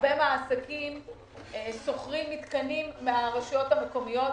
הרבה מהעסקים שוכרים מתקנים מהרשויות המקומיות.